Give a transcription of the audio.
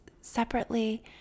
separately